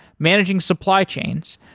managing supply chains,